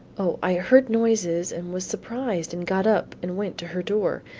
o, i heard voices and was surprised and got up and went to her door.